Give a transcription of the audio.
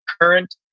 current